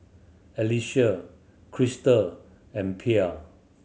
Alecia Crystal and Pierre